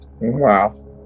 Wow